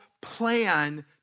plan